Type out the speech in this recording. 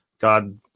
God